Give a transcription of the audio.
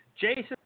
Jason